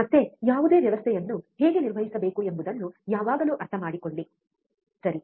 ಮತ್ತೆ ಯಾವುದೇ ವ್ಯವಸ್ಥೆಯನ್ನು ಹೇಗೆ ನಿರ್ವಹಿಸಬೇಕು ಎಂಬುದನ್ನು ಯಾವಾಗಲೂ ಅರ್ಥಮಾಡಿಕೊಳ್ಳಿ ಸರಿ